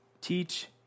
Teach